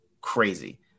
crazy